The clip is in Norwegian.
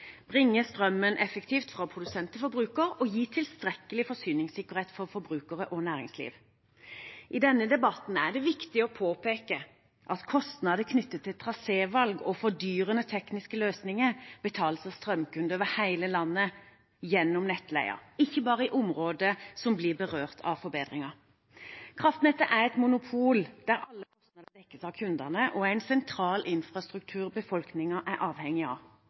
bringe strømmen effektivt fra produsent til forbruker og gi tilstrekkelig forsyningssikkerhet for forbrukere og næringsliv. I denne debatten er det viktig å påpeke at kostnader knyttet til trasévalg og fordyrende tekniske løsninger betales av strømkunder over hele landet gjennom nettleien, ikke bare i områder som blir berørt av forbedringer. Kraftnettet er et monopol der alle kostnader dekkes av kundene, og det er en sentral infrastruktur befolkningen er avhengig av.